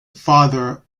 father